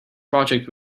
project